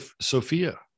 Sophia